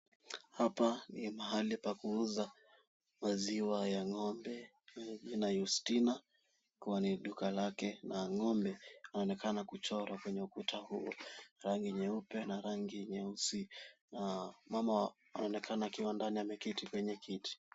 Hapa ni mahali pa kuuza maziwa ya ng'ombe, inayo stima. Kwani duka lake na ng'ombe, inaonekana kuchorwa kwenye ukuta huo. Rangi nyeupe na rangi nyeusi. Naa mama anaonekana akiwa ndani, ameketi kwenye kiti.